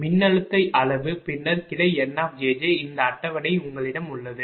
மின்னழுத்த அளவு பின்னர் கிளை N இந்த அட்டவணை உங்களிடம் உள்ளது